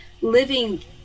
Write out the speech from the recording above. living